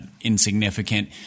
insignificant